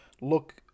look